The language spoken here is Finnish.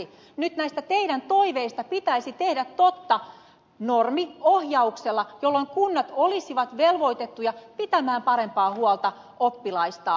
nyt näistä teidän toiveistanne pitäisi tehdä totta normiohjauksella jolloin kunnat olisivat velvoitettuja pitämään parempaa huolta oppilaistaan